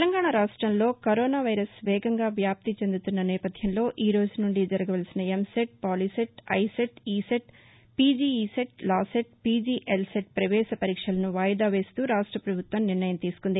తెలంగాణ రాష్టంలో corona virus వేగంగా వ్యాప్తి చెందుతున్న నేపథ్యంలో ఈ రోజు నుండి జరగవలసిన EAMCET POLYCET ICET ECET PG ECET law CET P G L CET పవేశ పరీక్షలను వాయిదా వేస్తూ రాష్ష పభుత్వం కీలక నిర్ణయం తీసుకుంది